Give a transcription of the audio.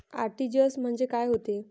RTGS म्हंजे काय होते?